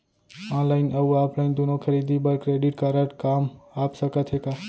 Online अऊ offline दूनो खरीदी बर क्रेडिट कारड काम आप सकत हे का?